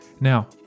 Now